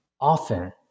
often